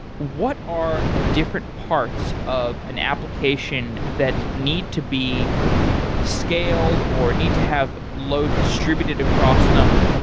what are the different parts of an application that need to be scaled or need to have load distributed across them,